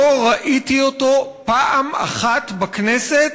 לא ראיתי אותו פעם אחת בכנסת